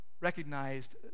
recognized